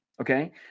okay